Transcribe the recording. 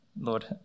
Lord